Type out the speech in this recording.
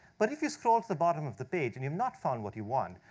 but if you scroll to the bottom of the page, and you've not found what you want,